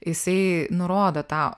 jisai nurodo tą